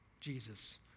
Jesus